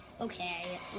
Okay